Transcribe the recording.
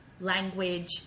language